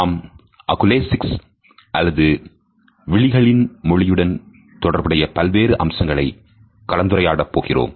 நாம் அக்குலேசிக்ஸ் அல்லது விழிகளின் மொழியுடன் தொடர்புடைய பல்வேறு அம்சங்களை கலந்துரையாட போகிறோம்